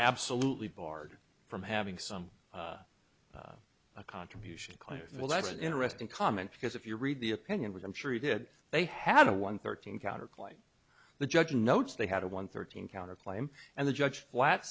absolutely barred from having some a contribution claim well that's an interesting comment because if you read the opinion which i'm sure you did they had a one thirteen counterclaim the judge notes they had a one thirteen counter claim and the judge flat